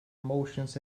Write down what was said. emotions